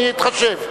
אני אתחשב.